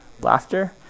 laughter